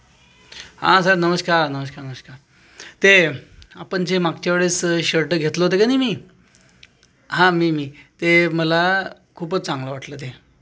हा साहेब नमस्कार नमस्कार नमस्कार ते आपण जे मागच्या वेळेस शर्ट घेतलं होतं का नाही मी हा मी मी ते मला खूपच चांगलं वाटलं ते